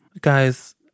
Guys